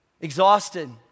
exhausted